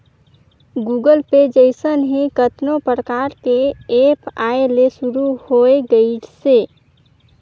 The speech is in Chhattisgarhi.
गुगल पे जइसन ही कतनो परकार के ऐप आये ले शुरू होय गइसे